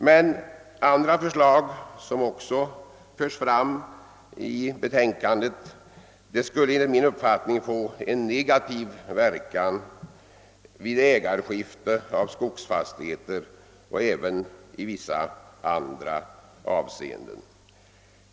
Men andra förslag som förts fram i betänkandet skulle enligt min uppfattning få en negativ verkan vid ägarskifte av skogsfastigheter och även i vissa andra avseenden.